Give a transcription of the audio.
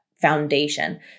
foundation